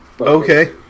Okay